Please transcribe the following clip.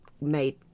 Made